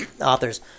authors